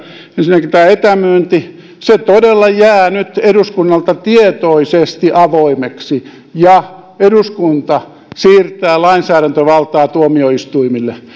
ensinnäkin tämä etämyynti se todella jää nyt eduskunnalta tietoisesti avoimeksi ja eduskunta siirtää lainsäädäntövaltaa tuomioistuimille